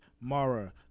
Mara